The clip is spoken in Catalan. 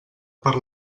per